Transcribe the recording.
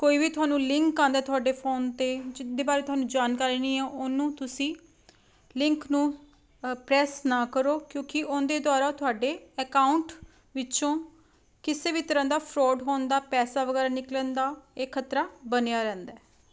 ਕੋਈ ਵੀ ਤੁਹਾਨੂੰ ਲਿੰਕ ਆਉਂਦਾ ਤੁਹਾਡੇ ਫੋਨ 'ਤੇ ਜਿਹਦੇ ਬਾਰੇ ਤੁਹਾਨੂੰ ਜਾਣਕਾਰੀ ਨਹੀਂ ਆ ਉਹਨੂੰ ਤੁਸੀਂ ਲਿੰਕ ਨੂੰ ਪ੍ਰੈਸ ਨਾ ਕਰੋ ਕਿਉਂਕਿ ਉਹਦੇ ਦੁਆਰਾ ਤੁਹਾਡੇ ਅਕਾਊਂਟ ਵਿੱਚੋਂ ਕਿਸੇ ਵੀ ਤਰ੍ਹਾਂ ਦਾ ਫਰੋਡ ਹੋਣ ਦਾ ਪੈਸਾ ਵਗੈਰਾ ਨਿਕਲਣ ਦਾ ਇਹ ਖਤਰਾ ਬਣਿਆ ਰਹਿੰਦਾ